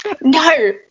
No